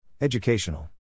Educational